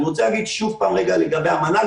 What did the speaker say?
אני רוצה להגיד שוב לגבי המל"ל,